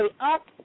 up